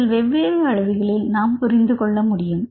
இதில் வெவ்வேறு அளவுகளில் நாம் புரிந்து கொள்ள முடியும்